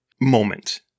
moment